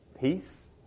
Peace